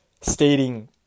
stating